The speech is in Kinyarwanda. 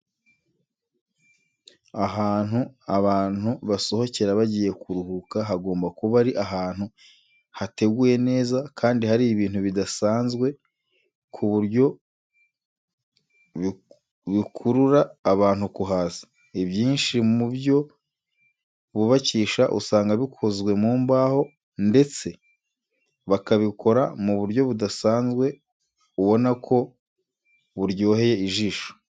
Ahantu abantu basohokera bagiye kuruhuka, hagomba kuba ari ahantu hateguye neza kandi hari ibintu bidasamzwe ku buryo bikururira abantu kuhaza. Ibyinshi mu byo bubakisha usanga bikozwe mu mbaho ndetse bakabikora mu buryo budasanzwe ubona ko buryoheye ijisho.